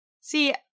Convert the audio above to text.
See